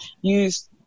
use